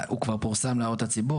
הוא כבר פורסם להוראות הציבור,